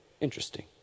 Interesting